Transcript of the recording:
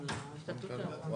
אמר חברי עו"ד שלום זינגר, ובצדק,